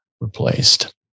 replaced